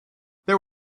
there